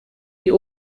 die